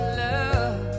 love